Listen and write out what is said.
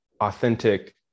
authentic